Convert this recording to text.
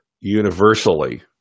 universally